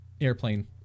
airplane